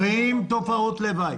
רואים תופעות לוואי.